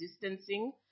distancing